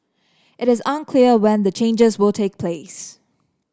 it is unclear when the changes will take place